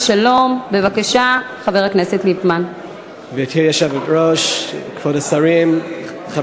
בבקשה, חברי הכנסת, הנכם